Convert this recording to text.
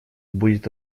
будет